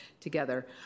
together